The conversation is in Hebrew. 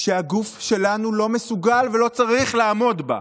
שהגוף שלנו לא מסוגל ולא צריך לעמוד בה.